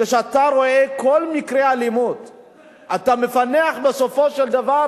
כשאתה רואה כל מקרה אלימות אתה מפענח אותו בסופו של דבר,